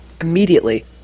Immediately